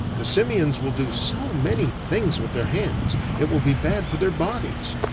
the simians will do so many things with their hands, it will be bad for their bodies.